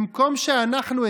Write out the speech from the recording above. במקום שאנחנו,